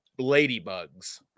ladybugs